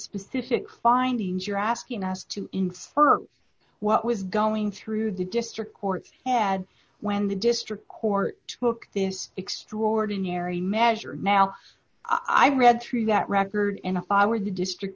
specific findings you're asking us to infer what was going through the district court and when the district court took this extraordinary measure now i read through that record in a file where the district